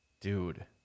dude